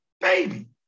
baby